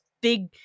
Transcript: big